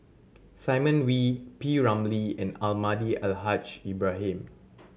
Simon Wee P Ramlee and Almahdi Al Haj Ibrahim